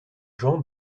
jean